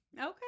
Okay